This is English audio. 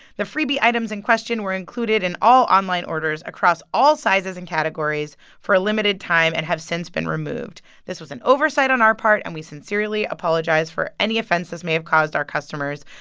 the freebie items in question were included in all online orders across all sizes and categories for a limited time and have since been removed. this was an oversight on our part, and we sincerely apologize for any offense this may have caused our customers,